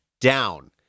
down